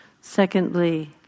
Secondly